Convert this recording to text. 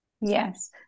Yes